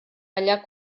allà